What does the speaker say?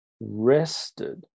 rested